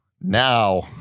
now